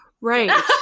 Right